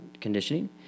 conditioning